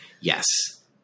Yes